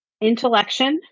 intellection